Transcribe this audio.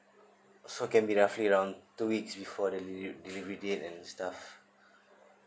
so can be roughly around two weeks before the deli~ delivery date and stuff